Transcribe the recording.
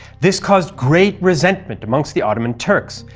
this caused great resentment amongst the ottoman turks,